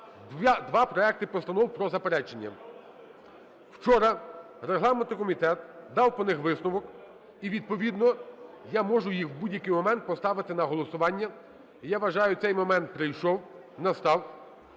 два проекти постанов про заперечення. Вчора регламентний комітет дав по них висновок і відповідно я можу їх в будь-який момент поставити на голосування. І я вважаю, цей момент прийшов, настав.